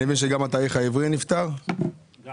אני מבין שגם התאריך העברי נפתר באולמות?